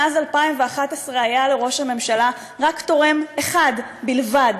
מאז 2011 היה לראש הממשלה תורם ישראלי אחד בלבד.